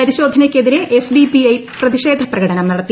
പരിശോധനയക്കെതിരെ SDPI പ്രതിഷേധ പ്രകടനം നടത്തി